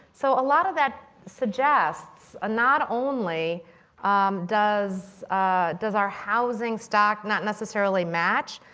so a lot of that suggests ah not only does does our housing stock not necessarily match,